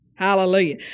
Hallelujah